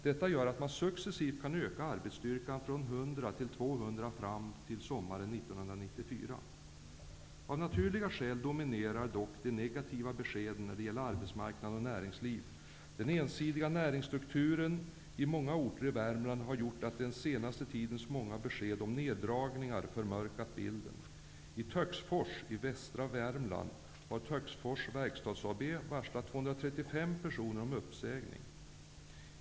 Detta gör att man successivt kan öka arbetsstyrkan från 100 till 200 fram till sommaren 1994. Av naturliga skäl dominerar dock de negativa beskeden när det gäller arbetsmarknad och näringsliv. Den ensidiga näringsstrukturen i många orter i Värmland har gjort att den senaste tidens många besked om neddragningar förmörkat bilden.